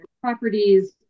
properties